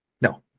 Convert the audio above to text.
no